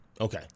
Okay